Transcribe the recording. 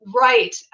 right